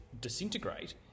disintegrate